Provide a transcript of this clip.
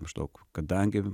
maždaug kadangi